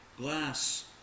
glass